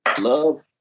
Love